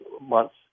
months